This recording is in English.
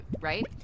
right